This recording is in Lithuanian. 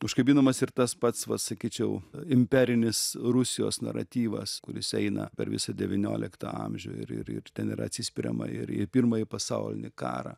užkabinamas ir tas pats va sakyčiau imperinis rusijos naratyvas kuris eina per visą devynioliktą amžių ir ir ir ten yra atsispiriama ir į pirmąjį pasaulinį karą